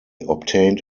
obtained